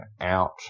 out